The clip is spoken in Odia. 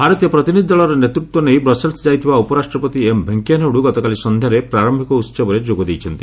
ଭାରତୀୟ ପ୍ରତିନିଧ୍ ଦଳର ନେତୃତ୍ୱ ନେଇ ବ୍ରସେଲ୍ସ୍ ଯାଇଥିବା ଉପରାଷ୍ଟପତି ଏମ୍ ଭେଙ୍କିୟା ନାଇଡ଼ ଗତକାଲି ସନ୍ଧ୍ୟାରେ ପ୍ରାରମ୍ଭିକ ଉତ୍ସବରେ ଯୋଗ ଦେଇଛନ୍ତି